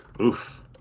oof